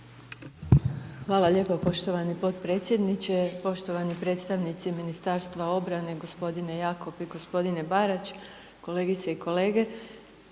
Hvala lijepo poštovani potpredsjedniče, poštovani predstavnici ministarstva obrane, gospodine Jakov i gospodine Barač kolegice i kolege,